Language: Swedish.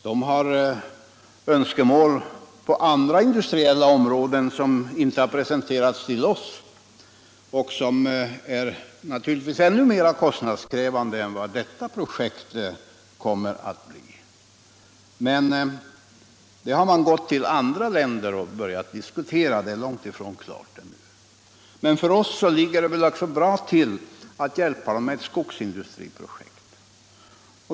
Det finns önskemål på andra industriområden som inte presenterats för oss och som naturligtvis är ännu mer kostnadskrävånde än vad detta projekt kommer att bli. Sådana projekt har man vänt sig till andra länder för att diskutera — de är långt ifrån klara. För oss ligger det bra till att hjälpa till med ett skogsindustriprojekt.